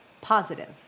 Positive